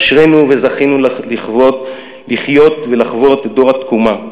אשרינו שזכינו לחיות ולחוות את דור התקומה.